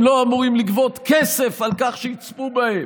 הם לא אמורים לגבות כסף על כך שייצפו בהם,